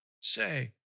say